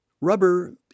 Rubber